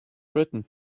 britain